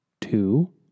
Two